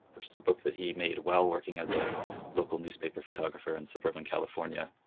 which is a book that he made while working as a local newspaper photographer in suburban california,